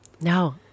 No